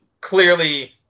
clearly